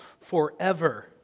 forever